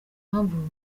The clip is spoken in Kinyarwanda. impamvu